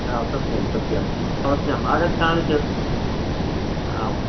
आं सत्यं सत्यम् अवश्यम् आगच्छामि चेत् आम्